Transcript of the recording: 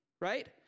right